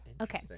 Okay